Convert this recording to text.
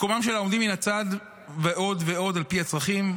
מקומם של העומדים מן הצד ועוד ועוד, על פי צרכים.